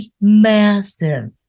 massive